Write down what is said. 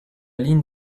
ligne